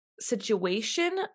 situation